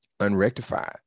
unrectified